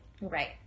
Right